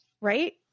right